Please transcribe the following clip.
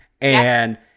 And-